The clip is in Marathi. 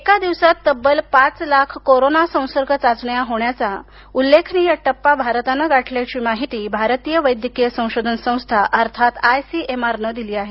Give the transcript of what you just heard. एका दिवसात तब्बल पाच लाख कोरोना संसर्ग चाचण्या होण्याचा उल्लेखनीय टप्पा भारतानं गाठल्याची माहिती भारतीय वैद्यकीय संशोधन संस्था अर्थात आयसीएमआरनं दिली आहे